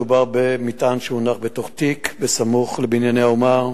מדובר במטען שהונח בתוך תיק סמוך ל"בנייני האומה",